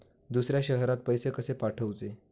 दुसऱ्या शहरात पैसे कसे पाठवूचे?